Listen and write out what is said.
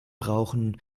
brauchen